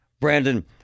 Brandon